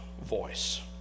voice